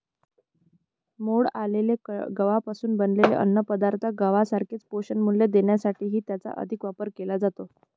मोड आलेल्या गव्हापासून बनवलेल्या अन्नपदार्थांमध्ये गव्हासारखेच पोषणमूल्य देण्यासाठीही याचा अधिक वापर केला जातो